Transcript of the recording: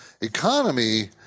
economy